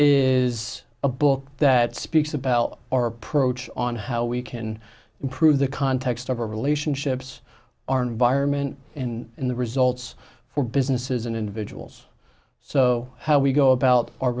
is a book that speaks about our approach on how we can improve the context of our relationships our environment and in the results for businesses and individuals so how we go about our